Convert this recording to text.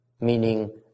meaning